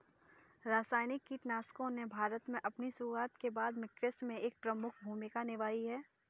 रासायनिक कीटनाशकों ने भारत में अपनी शुरूआत के बाद से कृषि में एक प्रमुख भूमिका निभाई है